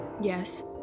Yes